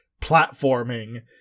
platforming